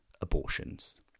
abortions